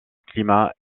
climat